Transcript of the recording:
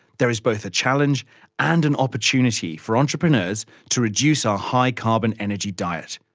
there is both a challenge and an opportunity for entrepreneurs to reduce our high-carbon energy diet